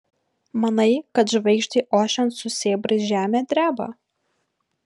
manai kad žvaigždei ošiant su sėbrais žemė dreba